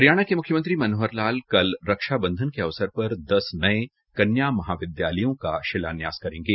हरियाणा के मुख्यमंत्री मनोहर लाले कल रक्षा बंधन के अवसर पर दस नये कन्या विद्यालयों का शिलान्यास करेंगे